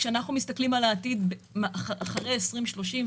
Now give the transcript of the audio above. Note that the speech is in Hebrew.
כשאנחנו מסתכלים על העתיד אחרי 2030,